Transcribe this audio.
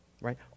right